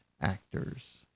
actors